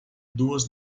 duas